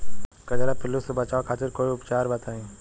कजरा पिल्लू से बचाव खातिर कोई उपचार बताई?